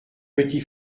petit